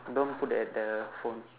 don't put the entire phone